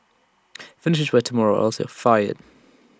finish this by tomorrow or else you're fired